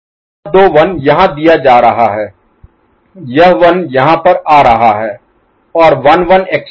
यह दो 1 यहाँ दिया जा रहा है यह 1 यहाँ पर आ रहा है और 1 1 XOR 0 है